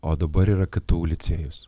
o dabar yra ktu licėjus